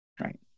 Right